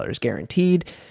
guaranteed